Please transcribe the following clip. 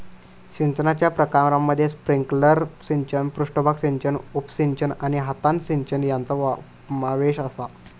सिंचनाच्या प्रकारांमध्ये स्प्रिंकलर सिंचन, पृष्ठभाग सिंचन, उपसिंचन आणि हातान सिंचन यांचो समावेश आसा